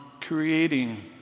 creating